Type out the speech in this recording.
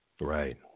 Right